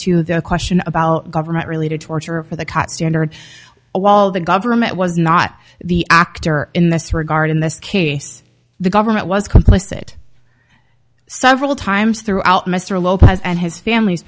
to the question about government related torture for the cot standard wall the government was not the actor in this regard in this case the government was complicit several times throughout mr lopez and his family's